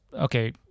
okay